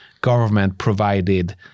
government-provided